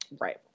Right